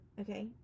okay